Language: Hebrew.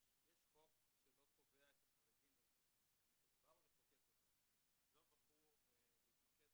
יש חוק שלא קובע את החריגים וגם כשבאו לחוקק אותו אז לא בחרו להתמקד